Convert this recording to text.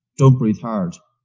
don't breathe hard.